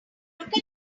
look